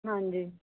ਹਾਂਜੀ